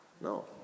No